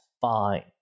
fine